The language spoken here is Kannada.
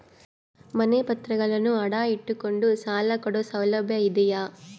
ಮನೆ ಪತ್ರಗಳನ್ನು ಅಡ ಇಟ್ಟು ಕೊಂಡು ಸಾಲ ಕೊಡೋ ಸೌಲಭ್ಯ ಇದಿಯಾ?